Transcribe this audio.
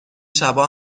شبا